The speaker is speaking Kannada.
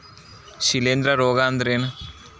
ಶಿಲೇಂಧ್ರ ರೋಗಾ ಅಂದ್ರ ಏನ್?